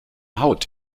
haut